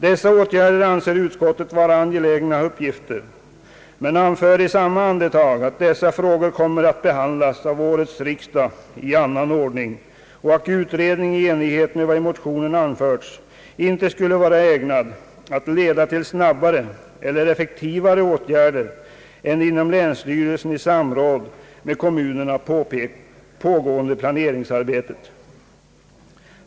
Utskottet anser detta vara angelägna uppgifter men anför i samma andetag att dessa frågor kommer att behandlas av årets riksdag i annan ordning och att en utredning i enlighet med vad i motionen anförts inte skulle vara ägnad att leda till snabbare eller effektivare åtgärder än det inom länsstyrelsen i samråd med kommunerna pågående planeringsarbetet.